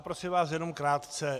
Prosím vás, jenom krátce.